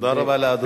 תודה רבה לאדוני.